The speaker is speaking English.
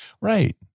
Right